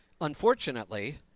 Unfortunately